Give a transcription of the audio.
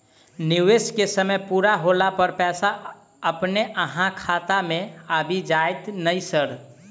निवेश केँ समय पूरा होला पर पैसा अपने अहाँ खाता मे आबि जाइत नै सर?